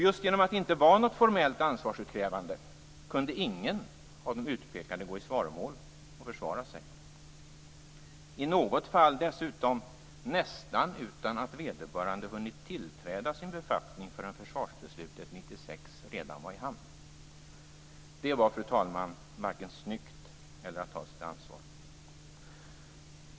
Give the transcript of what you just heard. Just genom att det inte var något formellt ansvarsutkrävande kunde ingen av de utpekade gå i svaromål och försvara sig, i något fall dessutom nästan utan att vederbörande hunnit tillträda sin befattning förrän försvarsbeslutet 1996 redan var i hamn. Det var, fru talman, varken snyggt eller att ta sitt ansvar.